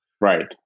Right